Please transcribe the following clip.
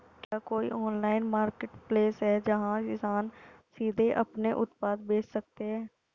क्या कोई online marketplace है जहां किसान सीधे अपने उत्पाद बेच सकते हैं?